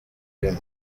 bimwe